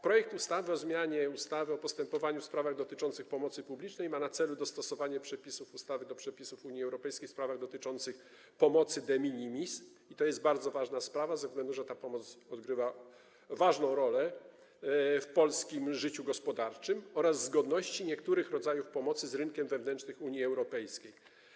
Projekt ustawy o zmianie ustawy o postępowaniu w sprawach dotyczących pomocy publicznej ma na celu dostosowanie przepisów ustawy do przepisów Unii Europejskiej w sprawach dotyczących pomocy de minimis - i to jest bardzo ważna sprawa, ze względu na fakt, że pomoc ta odgrywa ważną rolę w polskim życiu gospodarczym - oraz zgodności niektórych rodzajów pomocy z rynkiem wewnętrznym Unii Europejskiej.